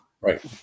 Right